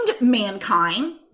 mankind